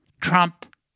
trump